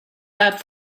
that